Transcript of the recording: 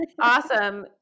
awesome